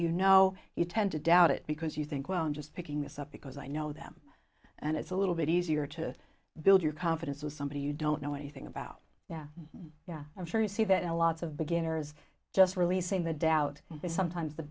you know you tend to doubt it because you think well i'm just picking this up because i know them and it's a little bit easier to build your confidence of somebody you don't know anything about yeah yeah i'm sure you see that a lot of beginners just releasing the doubt that sometimes the